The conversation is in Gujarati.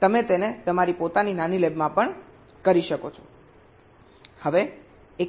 તમે તેને તમારી પોતાની નાની લેબમાં પણ કરી શકો છો